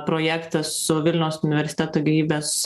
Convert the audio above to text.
projektą su vilniaus universiteto gyvybės